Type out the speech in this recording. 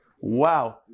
Wow